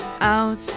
Out